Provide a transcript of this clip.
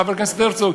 חבר הכנסת הרצוג,